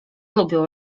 lubią